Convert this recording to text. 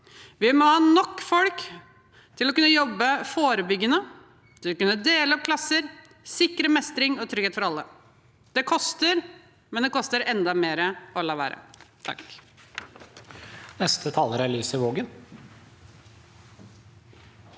Vi må ha nok folk til å kunne jobbe forebyggende, til å kunne dele opp klasser, sikre mestring og trygghet for alle. Det koster, men det koster enda mer å la være. Elise